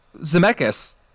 Zemeckis